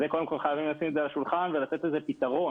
את זה חייבים לשים על השולחן ולתת לזה פתרון.